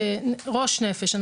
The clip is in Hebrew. ראש-נפש.